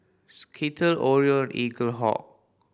Skittle Oreo and Eaglehawk